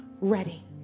ready